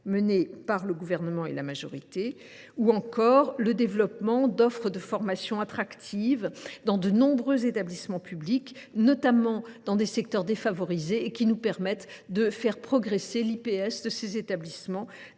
menées par le Gouvernement et la majorité, ou encore le développement d’offres de formation attractives dans de nombreux établissements publics, notamment dans des secteurs défavorisés, ce qui permet de faire progresser l’IPS des établissements